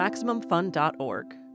MaximumFun.org